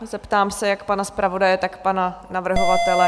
Zeptám se jak pana zpravodaje, tak pana navrhovatele.